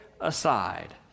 aside